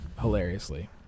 hilariously